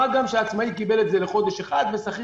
מה גם שעצמאי קיבל את זה לחודש אחד ושכיר